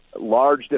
large